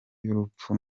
y’urupfu